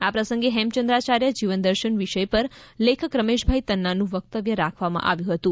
આ પ્રસંગે હેમચંદ્રાચાર્ય જીવનદર્શન વિષય પર લેખક રમેશભાઈ તન્નાનું વક્તવ્ય રાખવામાં આવ્યું હતું